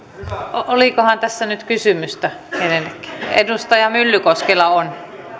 olikohan tässä nyt kysymystä edustaja myllykoskella on